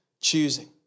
choosing